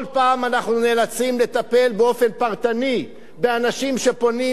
כל פעם אנחנו נאלצים לטפל באופן פרטני באנשים שפונים,